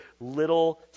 little